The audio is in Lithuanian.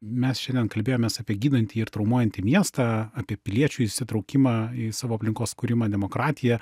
mes šiandien kalbėjomės apie gydantį ir traumuojantį miestą apie piliečių įsitraukimą į savo aplinkos kūrimą demokratiją